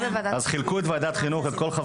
נקרא את 9,